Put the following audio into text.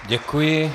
Děkuji.